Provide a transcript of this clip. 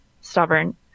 stubborn